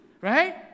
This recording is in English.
right